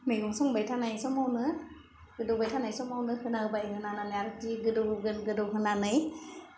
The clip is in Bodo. मैगं संबाय थानाय समावनो गोदौबाय थानाय समावनो होना होबाय होना होनानै आरो जि गोदौहोगोन गोदौ होनानै